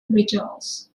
rituals